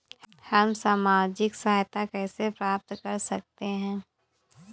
हम सामाजिक सहायता कैसे प्राप्त कर सकते हैं?